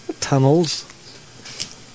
tunnels